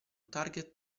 target